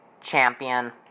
champion